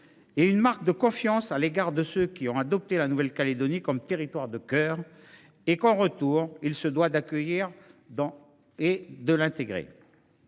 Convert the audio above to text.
et une marque de confiance à l’égard de ceux qui ont adopté la Nouvelle Calédonie comme territoire de cœur. En retour, celle ci se doit de les accueillir et de les intégrer.